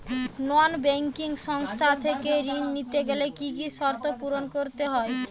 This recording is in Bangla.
নন ব্যাঙ্কিং সংস্থা থেকে ঋণ নিতে গেলে কি কি শর্ত পূরণ করতে হয়?